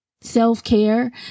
Self-care